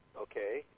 okay